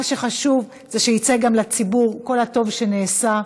מה שחשוב זה שיצא גם לציבור כל הטוב שנעשה,